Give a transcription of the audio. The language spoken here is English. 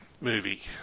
movie